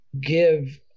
give